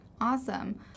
Awesome